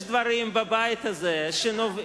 יש דברים בבית הזה שנובעים